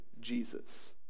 Jesus